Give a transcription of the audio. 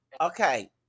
Okay